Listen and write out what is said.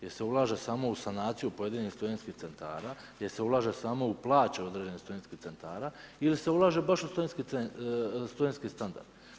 Jer se ulaže samo u sanaciju pojedinih studentskih centara, jer se ulaže samo u plaće određenih studentskih centara ili se ulaže baš u studentski standard?